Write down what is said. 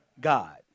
God